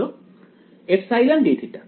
ছাত্র ε dθ